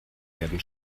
werden